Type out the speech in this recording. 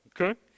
Okay